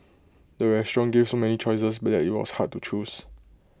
the restaurant gave so many choices that IT was hard to choose